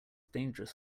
dangerous